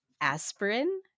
aspirin